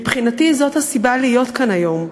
מבחינתי, זאת הסיבה להיות כאן היום.